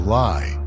lie